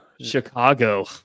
chicago